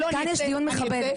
כאן יש דיון מכבד.